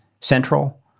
central